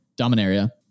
Dominaria